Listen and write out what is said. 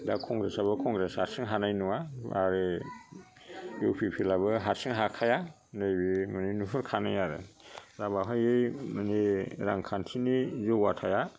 दा कंग्रेस आबो कंग्रेस हारसिं हानाय नङा आरो इउ पि पि एल आबो हारसिं हाखाया नैबे मानि नुहुरखानाय आरो दा बावहाय मानि रांखान्थिनि जौगाथाइया